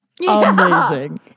Amazing